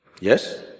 Yes